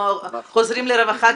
אנחנו חוזרים לרווחה,